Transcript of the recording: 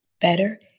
Better